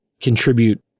contribute